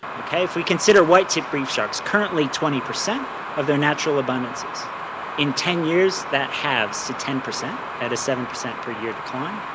ok, if we consider white tipped reef sharks, currently twenty percent of their natural abundances in ten years that halves to ten percent at a seven percent per year decline